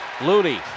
Looney